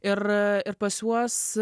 ir pas juos